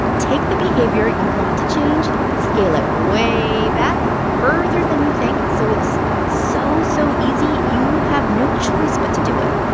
take the behavior you want to change, scale it way back, further than you think so it's so, so easy, you have no choice but to do it.